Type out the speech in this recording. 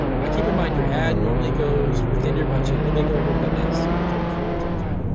now, keep in mind your ad normally goes within your budget, it may go a little bit less, you know thirty four or thirty five.